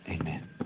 Amen